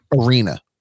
arena